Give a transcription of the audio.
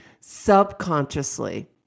subconsciously